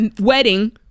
wedding